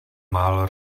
málo